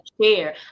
share